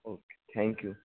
okay thank you